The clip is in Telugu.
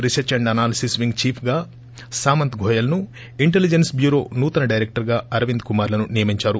రీసెర్చ్ అండ్ అనాలసిస్ వింగ్ చీఫ్గా సామంత్ ఘోయల్ను ఇంటిలీజెన్స్ బ్యూరో నూతన డైరెక్లర్గా అరవింద్ కుమార్లను నియమించారు